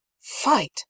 fight